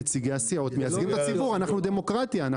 נציגי הסיעות מייצגים את הציבור, אנחנו דמוקרטיה.